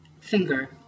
finger